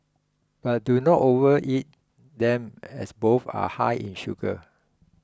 but do not overeat them as both are high in sugar